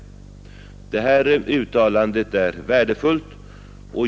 Detta uttalande är värdefullt.